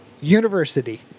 University